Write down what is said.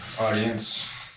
audience